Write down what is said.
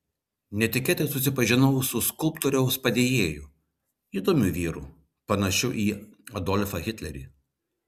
netikėtai susipažinau su skulptoriaus padėjėju įdomiu vyru panašiu į adolfą hitlerį